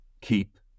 keep